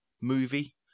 movie